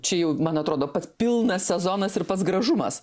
čia jau man atrodo pats pilnas sezonas ir pats gražumas